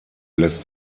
lässt